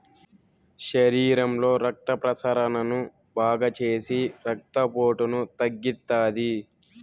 శరీరంలో రక్త ప్రసరణను బాగాచేసి రక్తపోటును తగ్గిత్తాది